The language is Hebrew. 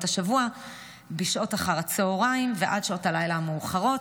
השבוע בשעות אחר הצוהריים ועד שעות הלילה המאוחרות,